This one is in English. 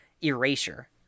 erasure